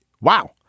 Wow